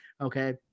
Okay